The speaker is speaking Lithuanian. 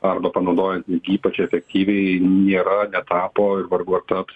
arba panaudojant ypač efektyviai nėra netapo ir vargu ar taps